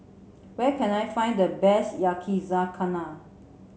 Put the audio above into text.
where can I find the best Yakizakana